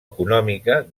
econòmica